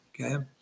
Okay